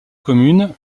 commune